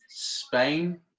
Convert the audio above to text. Spain